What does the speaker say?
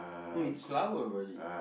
no it's flower really